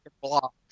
block